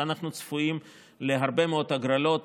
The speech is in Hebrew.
ואנחנו צפויים להרבה מאוד הגרלות